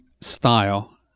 style